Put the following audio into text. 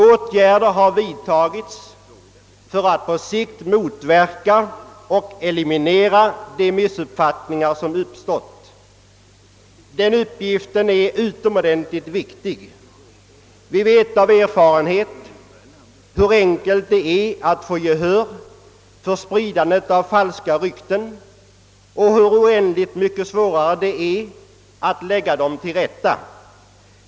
Åtgärder har vidtagits för att på sikt motverka och eliminera de missuppfattningar som uppkommit. Den uppgiften är utomordentligt viktig. Vi vet av erfarenhet hur enkelt det är att vinna gehör vid spridandet av falska rykten och hur oändligt mycket svå rare det är att lägga till rätta.